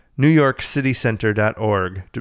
NewYorkCityCenter.org